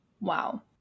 Wow